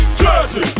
jersey